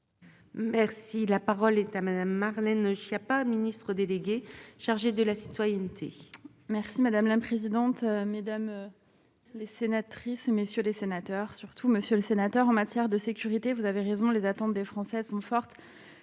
Merci, la parole est à Madame, Marlène Schiappa, ministre déléguée chargée de la citoyenneté. Merci madame la présidente, mesdames les sénatrices, messieurs les sénateurs, surtout, Monsieur le Sénateur, en matière de sécurité, vous avez raison, les attentes des Français sont fortes